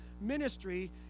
ministry